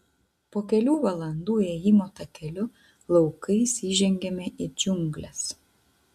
po kelių valandų ėjimo takeliu laukais įžengiame į džiungles